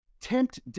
tempt